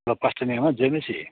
हलो पास्टरनी आमा जय मसिह